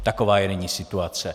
Taková je nyní situace.